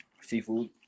seafood